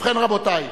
ובכן, רבותי,